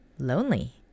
lonely